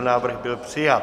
Návrh byl přijat.